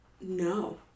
No